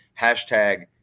hashtag